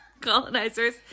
Colonizers